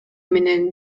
менен